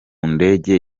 ndege